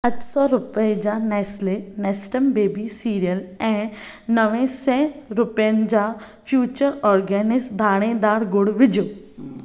अठ सौ रुपए जा नैस्ले नैस्टम बेबी सीरियल ऐं नव सौ रुपियनि जा फ़्यूचर ऑर्गेनिक्स दाणेदारु ॻुड़ विझो